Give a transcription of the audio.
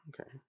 Okay